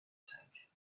tank